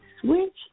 switch